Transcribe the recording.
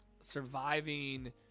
surviving